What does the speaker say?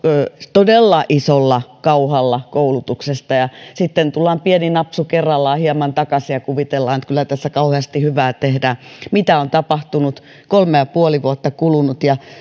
todella isolla kauhalla koulutuksesta ja sitten tullaan pieni napsu kerrallaan hieman takaisin ja kuvitellaan että kyllä tässä kauheasti hyvää tehdään mitä on tapahtunut kolme ja puoli vuotta on kulunut ja